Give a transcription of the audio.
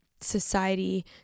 society